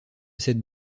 cette